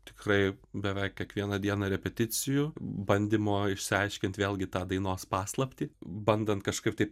tikrai beveik kiekvieną dieną repeticijų bandymo išsiaiškint vėlgi tą dainos paslaptį bandant kažkaip tai